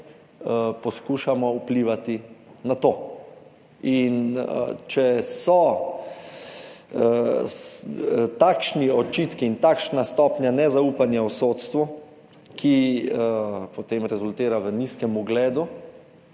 poskušamo vplivati na to. In če so takšni očitki in takšna stopnja nezaupanja v sodstvo, ki potem rezultira v nizkem ugledu